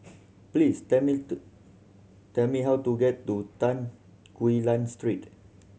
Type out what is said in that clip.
please tell me to tell me how to get to Tan Quee Lan Street